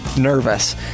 Nervous